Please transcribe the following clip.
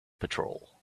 patrol